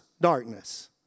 darkness